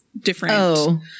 different